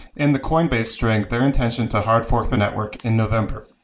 in the coinbase strength, their intention to hard fork the network in november.